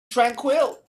tranquil